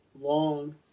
long